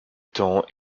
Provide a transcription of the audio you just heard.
temps